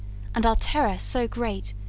and our terror so great,